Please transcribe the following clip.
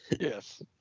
Yes